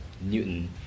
Newton